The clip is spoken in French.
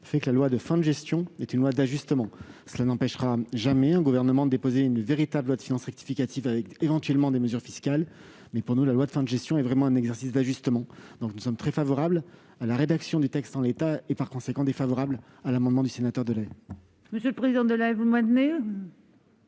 fait de la loi de fin de gestion une loi d'ajustement. Cela n'empêchera jamais un gouvernement de déposer une véritable loi de finances rectificative, comprenant éventuellement des mesures fiscales. Quoi qu'il en soit, pour nous, la loi de fin de gestion est vraiment un exercice d'ajustement. Nous sommes donc très favorables à la rédaction du texte en l'état, et par conséquent défavorables à l'amendement du sénateur Delahaye. Monsieur Delahaye, l'amendement